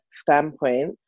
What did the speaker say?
standpoint